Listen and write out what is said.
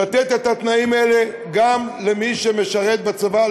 לתת את התנאים האלה גם למי שמשרת בצבא,